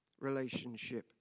relationship